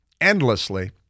endlessly